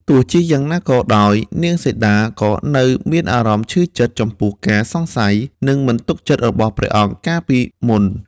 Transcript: ទោះជាយ៉ាងណាក៏ដោយ នាងសីតាក៏នៅមានអារម្មណ៍ឈឺចិត្ត ចំពោះការសង្ស័យ និងមិនទុកចិត្តរបស់ព្រះអង្គកាលពីមុន។